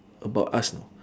about us know